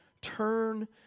turn